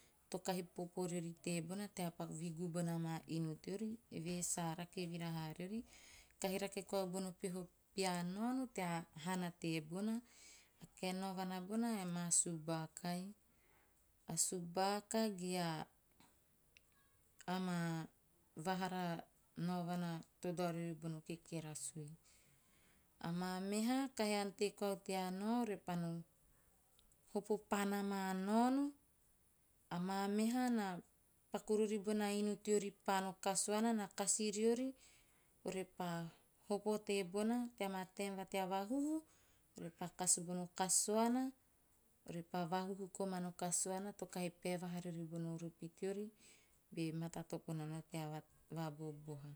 To kahi popo riori tebona tea vigu bona maa inu teori eve he sa rake vira haa riori, kahi rake koau bona pehapea naono tea hana tebona. O kaen naovana bona a maa subakai. A subaka ge amaa vahara naovna to dao riori bona kekerasui. Amaa meha kahi ante koau tea nao, ore pa no hopo paana maa ante koau tea nao, ore pa no hopo paana maa naono, amaa meha na paku rori bona inu teori paano kasuana. Na kasi mori ore pa hovo tebona. Tea maa taaem va tea vahuhu, repas kas bono kasuana, orepa vahuhu komana kasuana, to kahi pae vahaa vae bona maa rupi teve be matatopo nana tea va bobona.